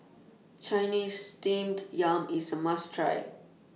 Chinese Steamed Yam IS A must Try